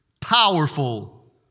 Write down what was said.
powerful